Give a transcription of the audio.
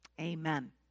amen